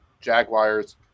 Jaguars